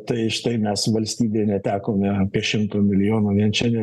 tai štai mes valstybė netekome apie šimto milijonų vien šiandien